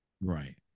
right